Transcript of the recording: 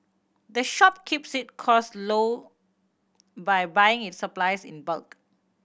the shop keeps it costs low by buying its supplies in bulk